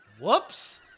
Whoops